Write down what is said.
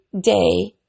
day